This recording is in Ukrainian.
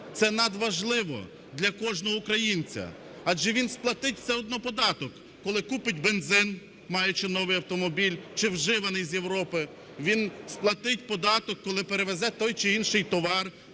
Це надважливо для кожного українця, адже він сплатить все одно податок, коли купить бензин, маючи новий автомобіль чи вживаний з Європи. Він сплатить податок, коли перевезе той чи інший товар,